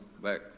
back